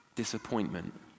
disappointment